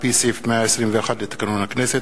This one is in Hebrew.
על-פי סעיף 121 לתקנון הכנסת,